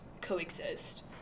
coexist